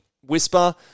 whisper